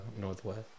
Northwest